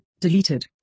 deleted